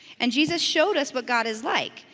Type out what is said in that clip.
and jesus showed us what god is like.